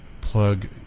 plug